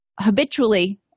habitually